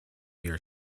your